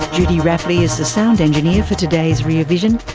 judy rapley is the sound engineer for today's rear vision.